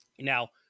Now